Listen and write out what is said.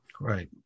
right